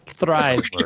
Thrive